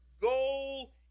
goal